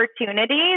opportunities